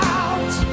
out